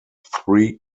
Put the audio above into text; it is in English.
three